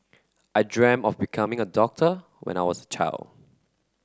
I dreamt of becoming a doctor when I was child